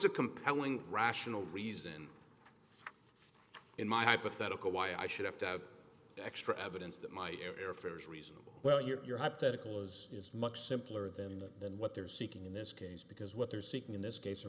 a compelling rational reason in my hypothetical why i should have to have extra evidence that my airfare is reasonable well your hypothetical is is much simpler than that than what they're seeking in this case because what they're seeking in this case